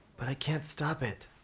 but i can't stop it.